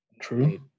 True